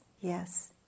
yes